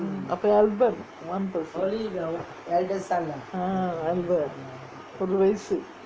அப்பே:appae albert one person ah albert ஒரு வயசு:oru vayasu